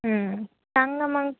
हं सांगा मग